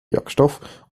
wirkstoff